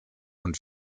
und